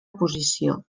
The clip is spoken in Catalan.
posició